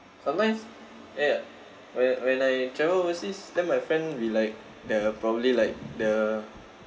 sometimes ya ya whe~ when I travel overseas then my friend we like the probably like the